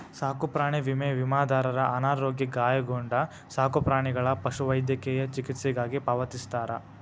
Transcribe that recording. ಸಾಕುಪ್ರಾಣಿ ವಿಮೆ ವಿಮಾದಾರರ ಅನಾರೋಗ್ಯ ಗಾಯಗೊಂಡ ಸಾಕುಪ್ರಾಣಿಗಳ ಪಶುವೈದ್ಯಕೇಯ ಚಿಕಿತ್ಸೆಗಾಗಿ ಪಾವತಿಸ್ತಾರ